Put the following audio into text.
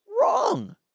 wrong